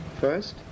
first